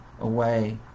away